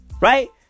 right